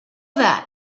that